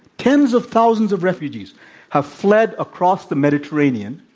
tens of thousands of refugees have fled across the mediterranean,